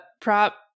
prop